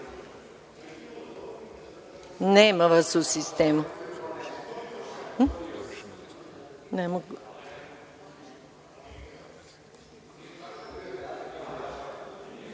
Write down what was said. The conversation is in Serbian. Nema vas u sistemu.